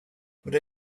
would